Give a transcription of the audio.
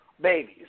babies